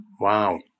Wow